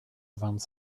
vingt